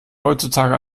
heutzutage